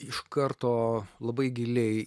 iš karto labai giliai